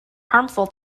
harmful